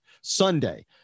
Sunday